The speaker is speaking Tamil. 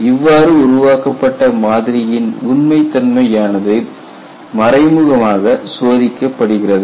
இவ்வாறு உருவாக்கப்பட்ட மாதிரியின் உண்மை தன்மையானது மறைமுகமாக சோதிக்கப்படுகிறது